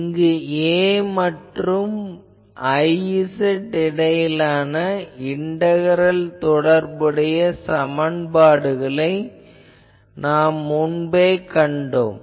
இங்கு A மற்றும் Iz இடையிலான இண்டகரல் தொடர்புடைய சமன்பாடுகளை நாம் முன்பே கண்டோம்